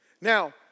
Now